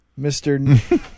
mr